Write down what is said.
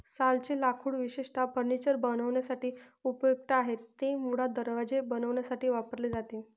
सालचे लाकूड विशेषतः फर्निचर बनवण्यासाठी उपयुक्त आहे, ते मुळात दरवाजे बनवण्यासाठी वापरले जाते